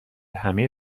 همهی